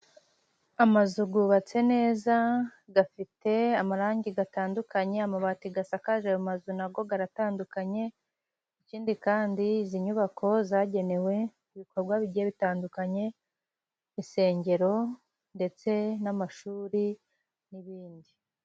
Amazu yubatse neza, afite amarangi atandukanye. Amabati asakaje ayo mazu na yo aratandukanye. Ikindi kandi izi nyubako zagenewe ibikorwa bigiye bitandukanye, insengero ndetse n'amashuri n'ibindi.